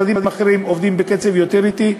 משרדים אחרים עובדים בקצב יותר אטי,